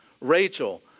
Rachel